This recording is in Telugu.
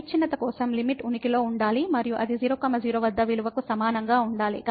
అవిచ్ఛిన్నత కోసం లిమిట్ ఉనికిలో ఉండాలి మరియు అది 00 వద్ద విలువకు సమానంగా ఉండాలి